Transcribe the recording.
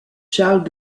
charles